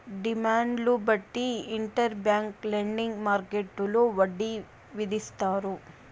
డిమాండ్ను బట్టి interbank lending మార్కెట్టులో వడ్డీ విధిస్తారు